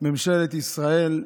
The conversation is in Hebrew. ממשלת ישראל,